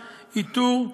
עיטור,